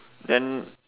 then